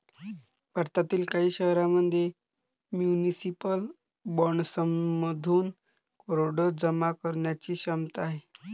भारतातील काही शहरांमध्ये म्युनिसिपल बॉण्ड्समधून करोडो जमा करण्याची क्षमता आहे